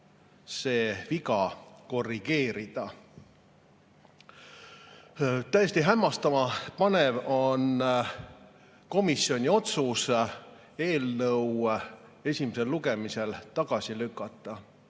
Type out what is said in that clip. see viga korrigeerida. Tõesti hämmastama panev on komisjoni otsus eelnõu esimesel lugemisel tagasi lükata.